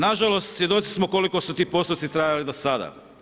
Nažalost svjedoci smo koliko su ti postupci trajali do sada.